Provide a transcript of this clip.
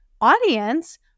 audience